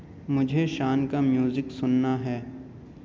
مجھے شان کا میوزک سننا ہے